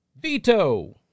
Veto